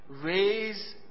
Raise